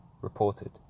reported